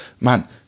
man